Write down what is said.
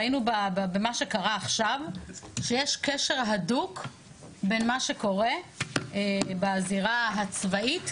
ראינו במה שקרה עכשיו שיש קשר הדוק בין מה שקורה בזירה הצבאית,